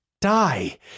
Die